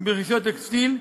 ברכישות טקסטיל,